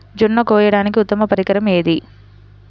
జొన్న కోయడానికి ఉత్తమ పరికరం ఏది?